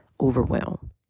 overwhelm